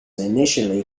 initially